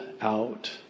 out